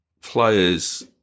players